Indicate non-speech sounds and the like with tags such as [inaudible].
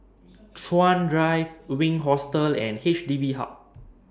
[noise] Chuan Drive Wink Hostel and H D B Hub [noise]